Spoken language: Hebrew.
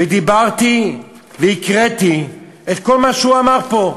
ודיברתי והקראתי את כל מה שהוא אמר פה.